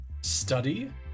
study